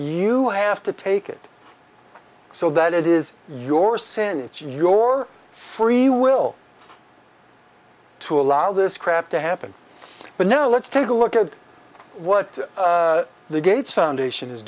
you have to take it so that it is your sin it's your free will to allow this crap to happen but now let's take a look at what the gates foundation is